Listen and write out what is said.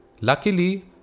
Luckily